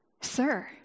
sir